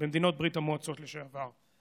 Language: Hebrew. במדינות ברית המועצות לשעבר.